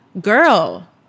girl